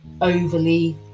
overly